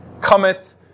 cometh